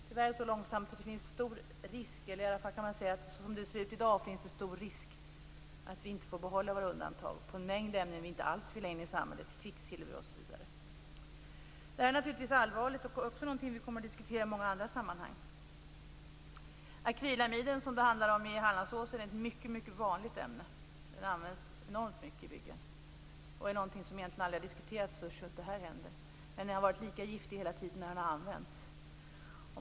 Tyvärr sker det så långsamt att det, som det ser ut i dag, finns en stor risk att vi inte får behålla våra undantag för en mängd ämnen som vi inte alls vill ha in i samhället, kvicksilver, m.fl. Det här är naturligtvis allvarligt och även någonting som vi kommer att diskutera i många andra sammanhang. Akrylamiden, som det handlar om i Hallandsåsen, är ett mycket vanligt ämne. Det används enormt mycket i byggen. Det är någonting som egentligen aldrig har diskuterats förrän just det här händer. Men den har varit lika giftig hela tiden den har använts.